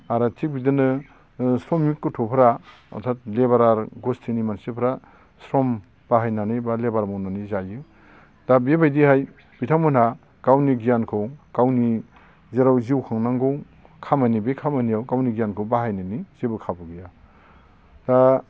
आरो थिग बिदिनो गथ'फोरा अरथाद लेबारार गसथिनि मानसिफ्रा सम बाहायनानै बा लेबार मावनानै जायो दा बेबायदिहाय बिथांमोना गावनि गियानखौ गावनि जेराव जिउ खांनांगौ खामानि बे खामानियाव गावनि गियानखौ बाहायनायनि जेबो खाबु गैया दा